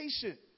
patient